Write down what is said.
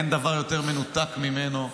אין דבר יותר מנותק ממנו,